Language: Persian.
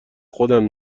خودم